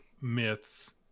myths